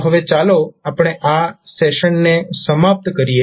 તો હવે ચાલો આપણે આ સેશન ને સમાપ્ત કરીએ